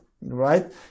Right